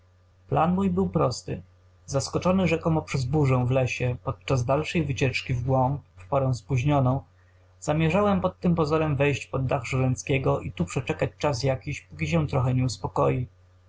plan mój był prosty zaskoczony rzekomo przez burzę w lesie podczas dalszej wycieczki w głąb w porę spóźnioną zamierzałem pod tym pozorem wejść pod dach żręckiego i tu przeczekać czas jakiś póki się trochę nie uspokoi